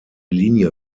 linie